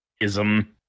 Ism